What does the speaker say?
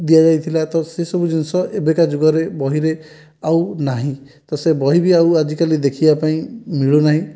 ଦିଆଯାଇଥିଲା ତ ସେସବୁ ଜିନିଷ ଏବେକା ଯୁଗରେ ବହିରେ ଆଉ ନାହିଁ ତ ସେ ବହି ବି ଆଉ ଆଜିକାଲି ଦେଖିବାପାଇଁ ମିଳୁନାହିଁ